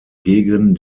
gegen